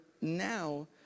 now